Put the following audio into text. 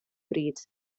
bryd